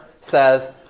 says